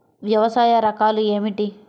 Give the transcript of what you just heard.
వ్యవసాయ రకాలు ఏమిటి?